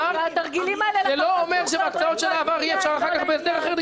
זה לא אומר שאי-אפשר אחר כך לגבות כסף,